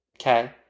Okay